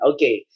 Okay